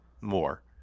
more